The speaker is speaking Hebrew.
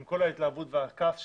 עם כל ההתלהבות והכעס שלי,